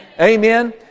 Amen